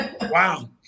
Wow